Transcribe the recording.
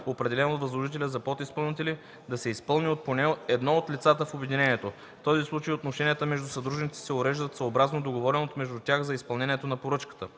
определен от възложителя за подизпълнители, да се изпълни от поне едно от лицата в обединението. В този случай отношенията между съдружниците се уреждат съобразно договореното между тях за изпълнението на поръчката.”